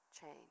change